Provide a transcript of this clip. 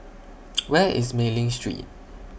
Where IS Mei Ling Street